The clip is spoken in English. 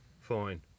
fine